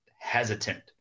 hesitant